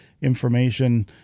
information